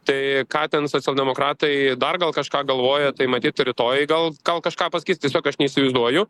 tai ką ten socialdemokratai dar gal kažką galvoja tai matyt rytoj gal gal kažką pasakys tiesiog aš neįsivaizduoju